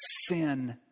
sin